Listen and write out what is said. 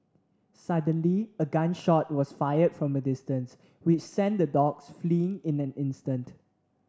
suddenly a gun shot was fired from a distance which sent the dogs fleeing in an instant